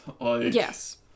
Yes